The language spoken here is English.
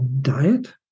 Diet